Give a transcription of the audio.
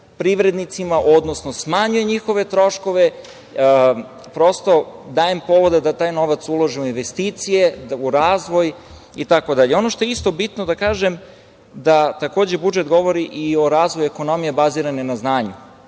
privrednicima, odnosno smanjuje njihove troškove. Prosto, daje im povoda da taj novac ulože u investicije, u razvoj, itd. Ono što je isto bitno da kažem je da budžet govori i o razvoju ekonomije bazirane na znanju.